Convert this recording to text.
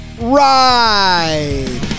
ride